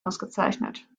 ausgezeichnet